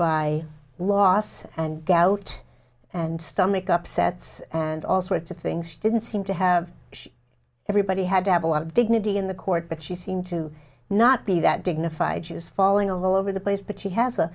by loss and gout and stomach upsets and all sorts of things she didn't seem to have she everybody had to have a lot of dignity in the court but she seemed to not be that dignified she was falling all over the place but she has